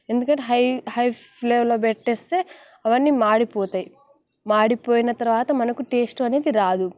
ఎందుకంటే high high ఫ్లేమ్లో పెట్టేస్తే అవన్నీ మాడిపోతాయి మాడిపోయిన తర్వాత మనకు టేస్ట్ అనేది రాదు